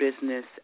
business